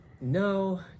No